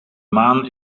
maan